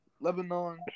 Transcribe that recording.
Lebanon